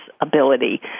ability